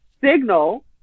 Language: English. signal